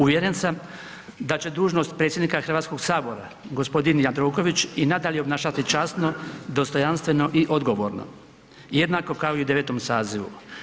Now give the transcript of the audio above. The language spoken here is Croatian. Uvjeren sam da će dužnost predsjednika Hrvatskog sabora, gospodin Jandroković i nadalje obnašati časno, dostojanstveno i odgovorno, jednako kao i u 9. sazivu.